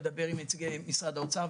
אני אדבר עם נציגי משרד האוצר,